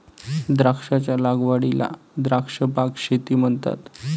द्राक्षांच्या लागवडीला द्राक्ष बाग शेती म्हणतात